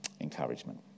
Encouragement